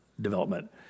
development